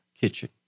kitchen